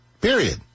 Period